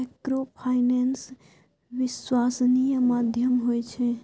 Microfinance विश्वासनीय माध्यम होय छै?